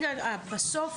בסוף,